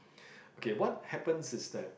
okay what happens is that